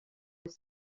was